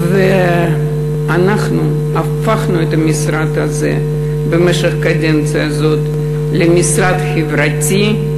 ואנחנו הפכנו את המשרד הזה במשך הקדנציה הזאת למשרד חברתי,